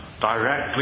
directly